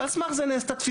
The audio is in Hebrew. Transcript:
ועל סמך זה נעשתה,